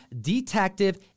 Detective